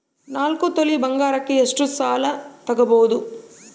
ನಾಲ್ಕು ತೊಲಿ ಬಂಗಾರಕ್ಕೆ ಎಷ್ಟು ಸಾಲ ತಗಬೋದು?